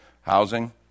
Housing